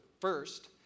first